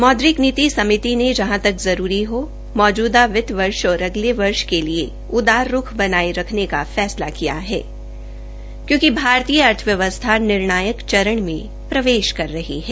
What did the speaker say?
मौद्रिक नीति समिति के जहां एक जरूरी हो मौजूदा वित्त वर्ष और अगले वर्ष के लिए उदार रूख बनाए रखने का फैसला किया है क्योंकि भारतीय अर्थव्यवस्था निर्णायक चरण में प्रवेदश कर रही है